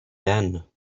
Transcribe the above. then